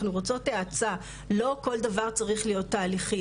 אנחנו רוצות האצה, לא כל דבר צריך להיות תהליכי.